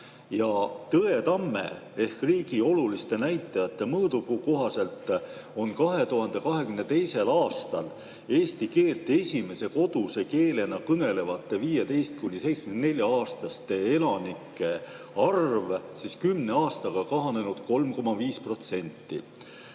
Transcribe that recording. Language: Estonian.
Tõetamme ehk riigi oluliste näitajate mõõdupuu kohaselt oli 2022. aastaks eesti keelt esimese koduse keelena kõnelevate 15–74‑aastaste elanike arv 10 aastaga kahanenud 3,5%.